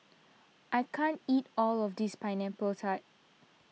I can't eat all of this Pineapple Tart